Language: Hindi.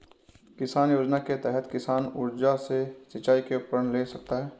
किस योजना के तहत किसान सौर ऊर्जा से सिंचाई के उपकरण ले सकता है?